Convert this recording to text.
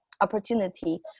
opportunity